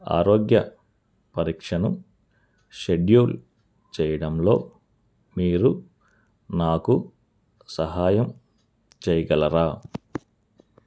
ఆరోగ్య పరీక్షను షెడ్యూల్ చెయ్యడంలో మీరు నాకు సహాయం చెయ్యగలరా